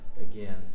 again